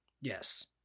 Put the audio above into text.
Yes